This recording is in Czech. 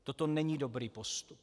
Toto není dobrý postup.